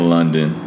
London